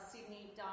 Sydney